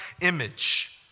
image